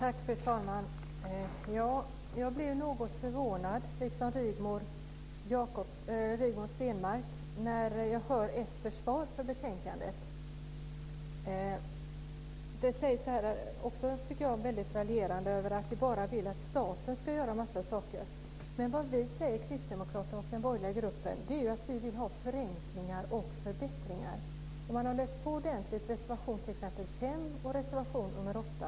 Fru talman! Jag blev något förvånad, liksom Rigmor Stenmark, när jag hörde det socialdemokratiska försvaret för betänkandet. Jag tycker att det raljeras över att vi bara vill att staten ska göra en massa saker. Men vad vi kristdemokrater och den borgerliga gruppen säger är ju att vi vill ha förenklingar och förbättringar. Det kan man se om man har läst reservationerna 5 och 8 ordentligt.